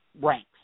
ranks